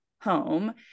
home